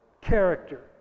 character